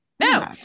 No